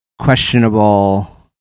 questionable